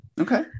Okay